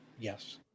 Yes